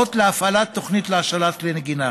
הוראות להפעלת תוכנית להשאלת כלי נגינה.